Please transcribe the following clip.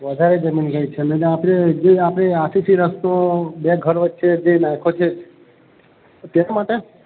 વધારે જમીન ગઈ છે અને આપણે જે આપણી આખીથી રસ્તો બે ઘર વચ્ચે જે નાખ્યો છે તેના માટે